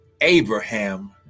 Abraham